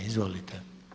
Izvolite.